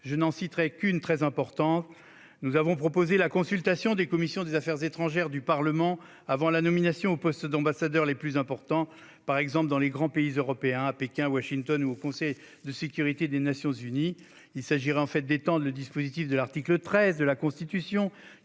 Je n'en citerai qu'une, très importante : la consultation des commissions des affaires étrangères du Parlement avant la nomination aux postes d'ambassadeur les plus importants, par exemple dans les grands pays européens, à Pékin, Washington ou au Conseil de sécurité des Nations unies. Il s'agirait en fait d'étendre le dispositif de l'article 13 de la Constitution,